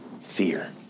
fear